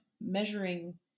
measuring